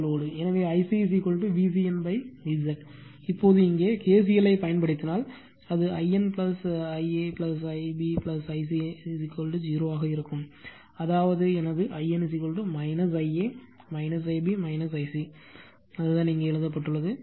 எனவே I c VCN Z இப்போது இங்கே kcl ஐப் பயன்படுத்தினால் அது In Ia Ib Ic 0 ஆக இருக்கும் அதாவது எனது In Ia Ib Ic அதுதான் இங்கே எழுதப்பட்டுள்ளது